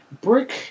Brick